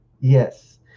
yes